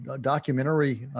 documentary